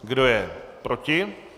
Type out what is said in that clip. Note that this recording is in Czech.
Kdo je proti?